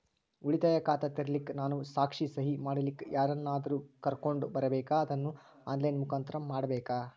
ಉಳಿತಾಯ ಖಾತ ತೆರಿಲಿಕ್ಕಾ ನಾನು ಸಾಕ್ಷಿ, ಸಹಿ ಮಾಡಲಿಕ್ಕ ಯಾರನ್ನಾದರೂ ಕರೋಕೊಂಡ್ ಬರಬೇಕಾ ಅದನ್ನು ಆನ್ ಲೈನ್ ಮುಖಾಂತ್ರ ಮಾಡಬೇಕ್ರಾ?